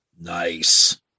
Nice